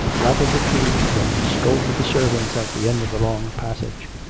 rattled her keys, and scolded the servants at the end of the long passage.